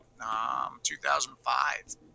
2005